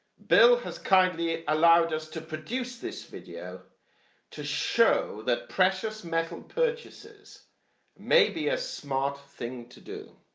bill has kindly allowed us to produce this video to show that precious metal purchases may be a smart thing to do.